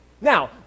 Now